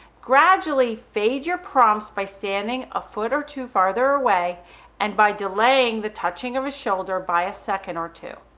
gradually fade your prompts by standing a foot or two farther away and by delaying the touching of a shoulder by a second or two.